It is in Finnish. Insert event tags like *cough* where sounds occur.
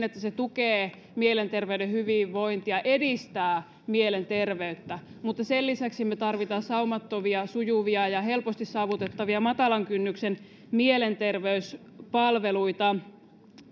*unintelligible* että ne tukevat mielenterveyden hyvinvointia edistävät mielenterveyttä mutta sen lisäksi me tarvitsemme saumattomia sujuvia ja helposti saavutettavia matalan kynnyksen mielenterveyspalveluita